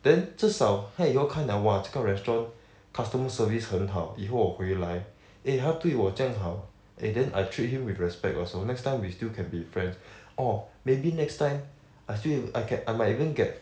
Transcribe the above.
then 至少他也要看 like !wah! 这个 restaurant customer service 很好以后我回来 eh 他对我这样好 eh then I treat him with respect also next time we still can be friends orh maybe next time I still~ I can I might even get